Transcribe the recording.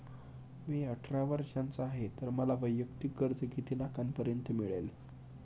मी अठरा वर्षांचा आहे तर मला वैयक्तिक कर्ज किती लाखांपर्यंत मिळेल?